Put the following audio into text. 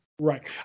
Right